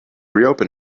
reopen